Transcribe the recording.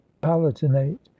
palatinate